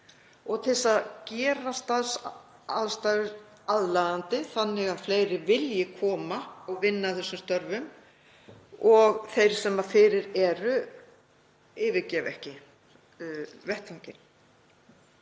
og til að gera starfsaðstæður aðlaðandi þannig að fleiri vilji koma og vinna að þessum störfum og þeir sem fyrir eru yfirgefi ekki vettvanginn.